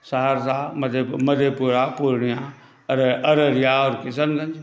सहरसा मधेपुरा पुर्णियाँ अररिया आओर किशनगञ्ज